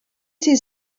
sie